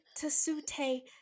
Tasute